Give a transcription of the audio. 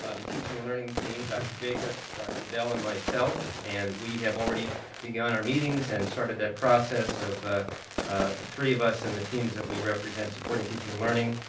ah the teaching and learning team. dr jacobs, dr. dell and myself, and we have already begun our meetings and started that process of the three of us and the teams that we represent supporting teaching and learning.